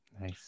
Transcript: Nice